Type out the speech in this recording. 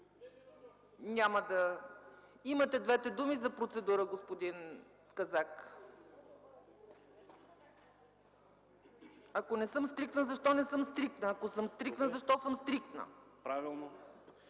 ползвате. Имате двете думи за процедура, господин Казак. Ако не съм стриктна – защо не съм стриктна, ако съм стриктна – защо съм стриктна? ЧЕТИН